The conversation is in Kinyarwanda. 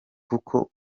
kuko